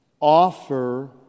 Offer